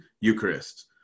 Eucharist